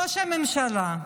ראש הממשלה,